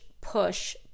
push